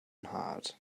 nhad